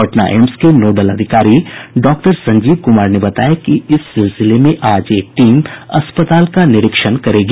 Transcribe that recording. Patna AIIMS के nodal अधिकारी doctor Sanjeev Kumar ने बताया कि इस सिलसिले में आज एक टीम अस्पताल का निरीक्षण करेगी